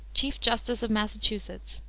chief justice of massachusetts,